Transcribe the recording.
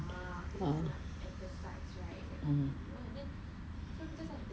um